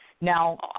Now